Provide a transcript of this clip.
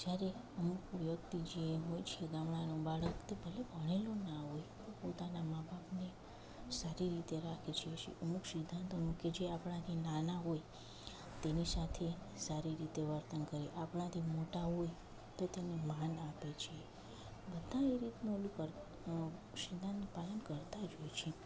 જ્યારે અમુક વ્યક્તિ જે હોય છે ગામડાનો બાળક તો ભલે ભણેલો ના હોય પોતાના મા બાપને સારી રીતે રાખે છે અમુક સિદ્ધાંતો કે જે આપણા નાના હોય તેની સાથે સારી રીતે વર્તન કરે આપણાથી મોટા હોય તો તેમણે માન આપે છે બધાં આવી રીતના સિદ્ધાંતનું પાલન કરતાં જ હોય છે